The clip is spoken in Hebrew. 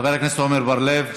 חבר הכנסת עמר בר-לב,